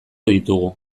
ditugu